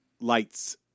light's